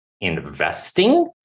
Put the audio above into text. investing